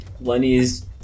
Lenny's